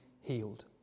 healed